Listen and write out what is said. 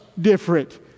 different